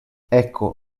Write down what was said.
ecco